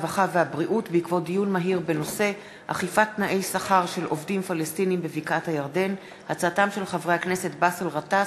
הרווחה והבריאות בעקבות דיון מהיר בהצעתם של חברי הכנסת באסל גטאס,